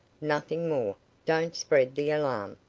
nothing more. don't spread the alarm.